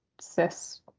cis